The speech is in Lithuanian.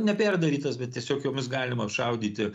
neperdarytas bet tiesiog jomis galima apšaudyti